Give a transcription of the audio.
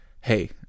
hey